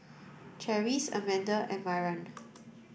Charisse Amanda and Myron